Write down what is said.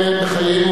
חברי הכנסת.